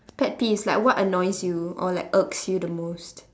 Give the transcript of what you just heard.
pet peeves like what annoys you or like irks you the most